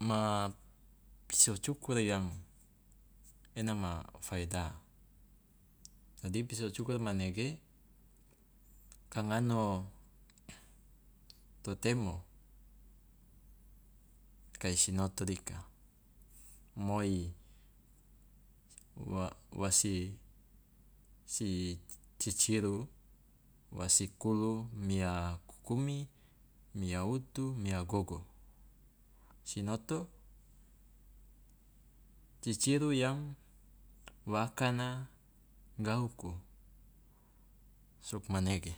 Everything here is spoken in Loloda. ma piso cukur yang ena ma faedah. Dadi piso cukur mane ka ngano to temo kai sinoto dika, moi wa- wasi si ciciru wasi kulu mia kukumi, mia utu, mia gogo. Sinoto, ciciru yang wa akana gauku, sugmanege.